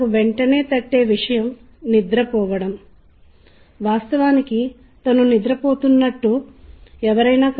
ఇప్పుడు ఈ విషయాలు అర్థం అయితే ఏదో తప్పు జరిగిందని మీరు అకస్మాత్తుగా గ్రహించారు మీరు దానిని అంగీకరిస్తారు